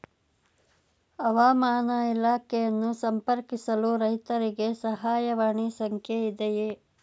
ಹವಾಮಾನ ಇಲಾಖೆಯನ್ನು ಸಂಪರ್ಕಿಸಲು ರೈತರಿಗೆ ಸಹಾಯವಾಣಿ ಸಂಖ್ಯೆ ಇದೆಯೇ?